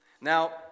Now